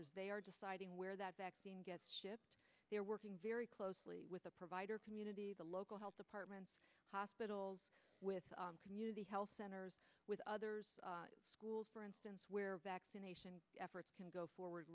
s they are deciding where that gets shipped they're working very closely with the provider community the local health departments hospitals with community health centers with other schools for instance where vaccination efforts can go forward